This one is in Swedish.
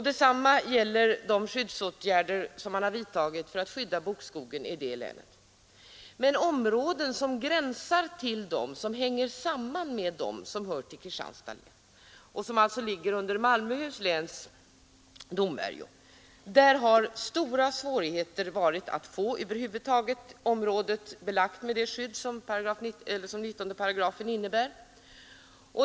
Detsamma gäller de skyddsåtgärder man vidtagit för att skydda bokskogen i detta län. Men i angränsande områden som hänger samman med dem som tillhör Kristianstads län och som alltså ligger under Malmöhus läns domvärjo har det varit stora svårigheter att få det skydd som 19 § ger.